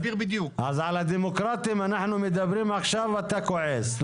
על הדמוקרטיים אנחנו מדברים עכשיו, ואתה כועס.